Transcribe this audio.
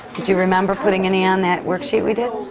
did you remember putting any on that worksheet we did?